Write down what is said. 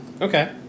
Okay